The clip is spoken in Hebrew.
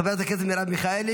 חברת הכנסת מרב מיכאלי